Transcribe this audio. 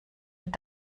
wird